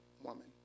woman